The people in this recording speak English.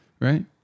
Right